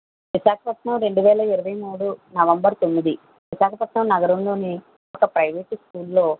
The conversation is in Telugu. విశాఖపట్నం రెండు వేల ఇరవై మూడు నవంబర్ తొమ్మిది విశాఖపట్నం నగరంలోని ఒక ప్రైవేటు స్కూల్లో